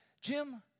Jim